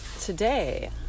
Today